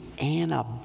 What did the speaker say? Anna